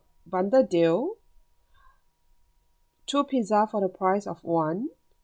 bundle deal two pizza for the price of one